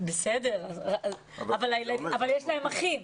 בסדר, אבל יש להם אחים.